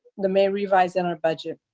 the may revise in our budget.